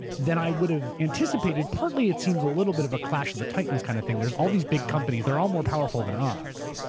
than i would have anticipated. partly it seems a little bit of a clash of the titans kind of thing. there's all these big companies, they're all more powerful than us.